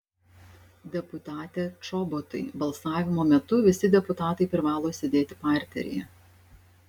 deputate čobotai balsavimo metu visi deputatai privalo sėdėti parteryje